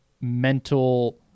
mental